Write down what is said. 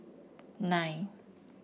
nine